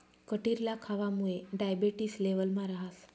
कटिरला खावामुये डायबेटिस लेवलमा रहास